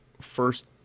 first